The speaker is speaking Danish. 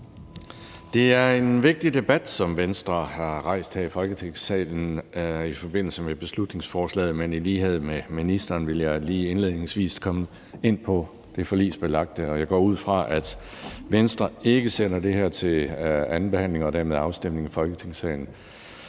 Det er en vigtig debat, som Venstre har rejst her i Folketingssalen i forbindelse med beslutningsforslaget, men i lighed med ministeren vil jeg lige indledningsvis komme ind på det forligsbelagte. Jeg går ud fra, at Venstre ikke sender det her til andenbehandling og dermed afstemning i Folketingssalen